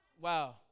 Wow